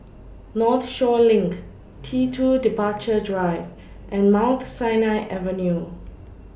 Northshore LINK T two Departure Drive and Mount Sinai Avenue